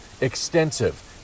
extensive